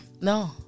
No